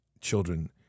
children